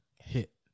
hit